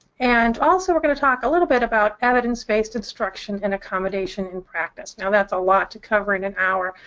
and also we're going to talk a little bit about evidence-based instruction and accommodation in practice. now that's a lot to cover in an hour,